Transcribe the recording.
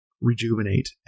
rejuvenate